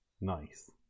Nice